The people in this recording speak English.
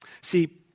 See